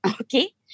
okay